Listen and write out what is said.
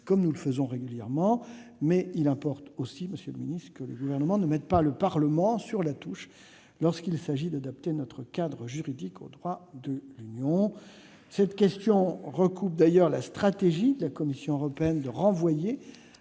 comme nous le faisons régulièrement. Mais il importe aussi que le Gouvernement ne mette pas le Parlement sur la touche lorsqu'il s'agit d'adapter notre cadre juridique au droit de l'Union. Cette question recoupe d'ailleurs la stratégie de la Commission européenne : renvoyer